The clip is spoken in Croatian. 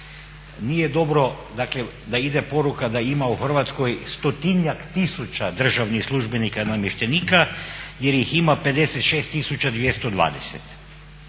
Nije dobro dakle da ide poruka da ima u Hrvatskoj 100-njak tisuća državnih službenika i namještenika jer ih ima 56 220.